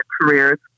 careers